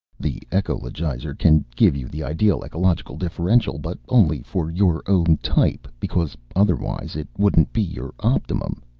the ecologizer can give you the ideal ecological differential, but only for your own type, because otherwise it wouldn't be your optimum.